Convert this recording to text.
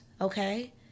okay